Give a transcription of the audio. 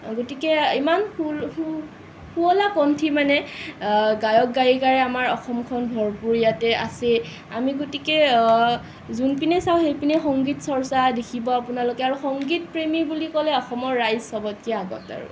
গতিকে ইমান শুৱলা কন্ঠী মানে গায়ক গায়িকাৰে আমাৰ অসমখন ভৰপূৰ ইয়াতে আছে আমি গতিকে যোনপিনে চাওঁ সেইপিনে সংগীত চৰ্চা দেখিব আপোনালোকে আৰু সংগীত প্ৰেমী বুলি ক'লে অসমৰ ৰাইজ চবতকৈ আগত আৰু